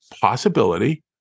possibility